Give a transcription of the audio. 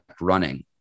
running